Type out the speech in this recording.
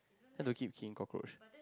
have to keep killing cockroach